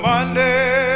Monday